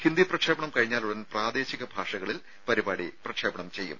ഹിന്ദി പ്രക്ഷേപണം കഴിഞ്ഞാലുടൻ പ്രാദേ ശിക ഭാഷകളിലും പരിപാടി പ്രക്ഷേപണം ചെയ്യും